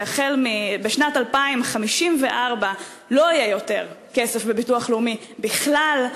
שבשנת 2054 לא יהיה יותר כסף בביטוח לאומי בכלל.